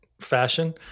fashion